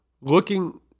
looking